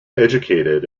educated